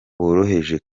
woroheje